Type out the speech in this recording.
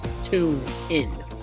TuneIn